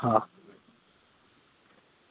હા